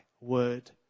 word